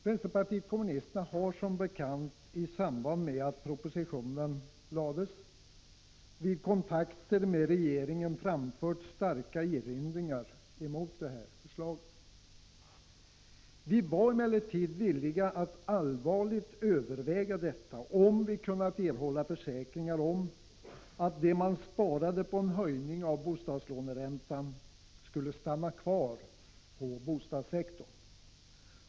Vänsterpartiet kommunisterna har som bekant vid kontakter med regeringen i samband med att propositionen lades fram framfört starka erinringar mot förslaget. Vi var emellertid villiga att allvarligt överväga det, om vi kunnat erhålla försäkringar om att det man sparade på en höjning av bostadslåneräntan skulle stanna kvar inom bostadssektorn.